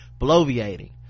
bloviating